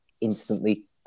instantly